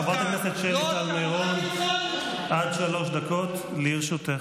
חברת הכנסת שלי טל מירון, עד שלוש דקות לרשותך.